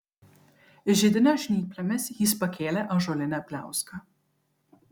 židinio žnyplėmis jis pakėlė ąžuolinę pliauską